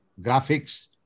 graphics